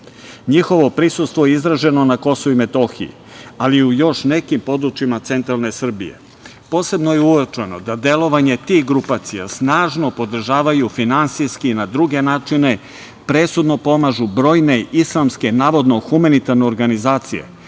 Njihovo prisustvo je izraženo na Kosovu i Metohiji, ali i u još nekim područjima centralne Srbije. Posebno je uočeno da delovanje tih grupacija snažno podržavaju finansijski i na druge načine, presudno pomažu brojne islamske, navodno, humanitarne organizacije,